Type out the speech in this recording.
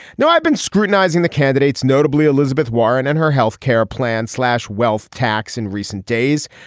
now i've been scrutinizing the candidates notably elizabeth warren and her health care plan slash wealth tax in recent days.